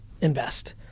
invest